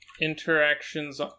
interactions